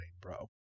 bro